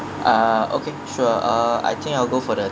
ah okay sure uh I think I'll go for the